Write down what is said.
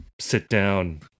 sit-down